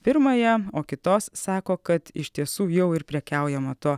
pirmąją o kitos sako kad iš tiesų jau ir prekiaujama tuo